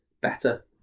Better